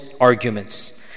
arguments